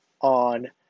on